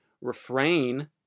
refrain